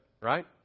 Right